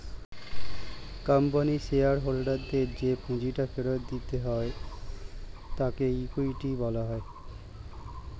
কোম্পানির শেয়ার হোল্ডারদের যে পুঁজিটা ফেরত দিতে হয় তাকে ইকুইটি বলা হয়